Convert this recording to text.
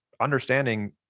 understanding